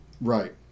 Right